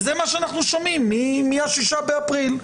וזה מה שאנחנו שומעים מה-6 באפריל,